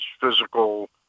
physical